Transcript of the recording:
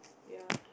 ya